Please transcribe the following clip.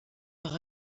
par